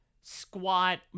squat